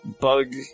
bug